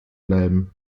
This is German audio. bleiben